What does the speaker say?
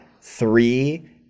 three